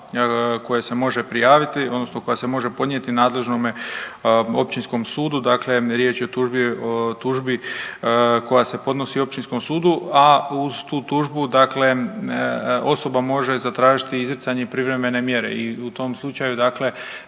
koja se može prijaviti odnosno koja se može podnijeti nadležnome Općinskom sudu. Dakle, riječ je o tužbi koja se podnosi Općinskom sudu, a uz tu tužbu dakle osoba može zatražiti izricanje privremene mjere i u tom slučaju, dakle